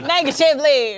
Negatively